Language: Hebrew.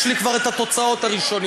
יש לי כבר תוצאות ראשוניות,